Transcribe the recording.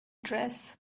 dress